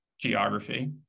geography